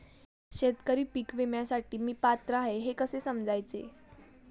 शेतकरी पीक विम्यासाठी मी पात्र आहे हे कसे समजायचे?